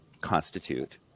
constitute